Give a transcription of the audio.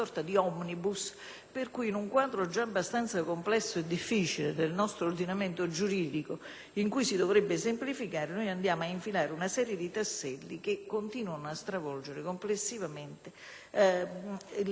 in cui si dovrebbe semplificare, andiamo a infilare una serie di tasselli che continuano a stravolgere complessivamente le norme sia sostanziali sia procedurali, con una distonia tra varie norme